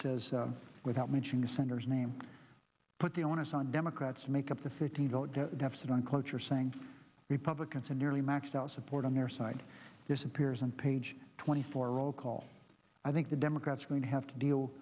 says without mentioning sanders name put the onus on democrats to make up the fifteen vote deficit on cloture saying republicans and nearly maxed out support on their side this appears on page twenty four roll call i think the democrats are going to have to deal